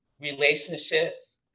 relationships